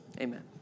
Amen